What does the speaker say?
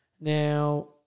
Now